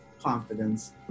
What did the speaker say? Confidence